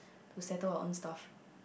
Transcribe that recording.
to settle our own stuff